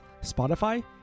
Spotify